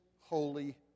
holy